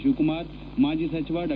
ಶಿವಕುಮಾರ್ ಮಾಜಿ ಸಚಿವ ಡಾ